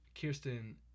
Kirsten